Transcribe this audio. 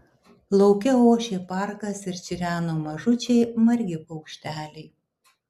lauke ošė parkas ir čireno mažučiai margi paukšteliai